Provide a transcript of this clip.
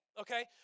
okay